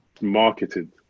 marketed